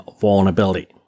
vulnerability